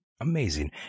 Amazing